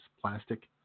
plastic